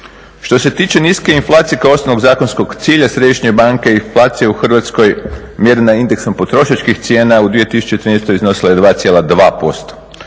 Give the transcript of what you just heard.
Što se tiče niske inflacije kao osnovnog zakonskog cilja Središnje banke inflacije u Hrvatskoj mjerena je indeksom potrošačkih cijena i u 2013. iznosila je 2,2%